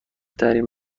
ترین